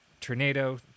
tornado